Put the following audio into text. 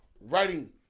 Writing